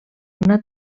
una